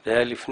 זה היה לפני